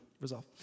Resolve